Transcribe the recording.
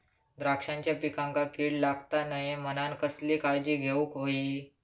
द्राक्षांच्या पिकांक कीड लागता नये म्हणान कसली काळजी घेऊक होई?